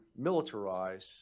militarize